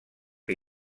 que